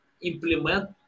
implement